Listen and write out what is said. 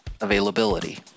availability